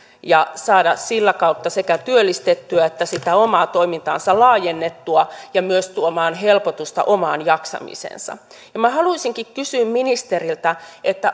ja saada sitä kautta sekä työllistettyä että sitä omaa toimintaansa laajennettua ja myös tuoda helpotusta omaan jaksamiseensa minä haluaisinkin kysyä ministeriltä